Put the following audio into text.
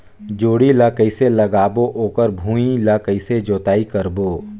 जोणी ला कइसे लगाबो ओकर भुईं ला कइसे जोताई करबो?